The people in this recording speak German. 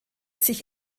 sich